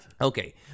Okay